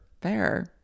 fair